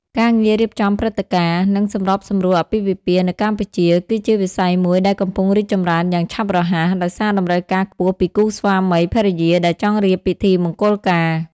ការងាររៀបចំព្រឹត្តិការណ៍ និងសម្របសម្រួលអាពាហ៍ពិពាហ៍នៅកម្ពុជា គឺជាវិស័យមួយដែលកំពុងរីកចម្រើនយ៉ាងឆាប់រហ័ស ដោយសារតម្រូវការខ្ពស់ពីគូស្វាមីភរិយាដែលចង់រៀបពិធីមង្គលការ។